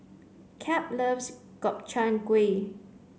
Cap loves Gobchang Gui